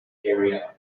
immediate